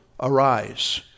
Arise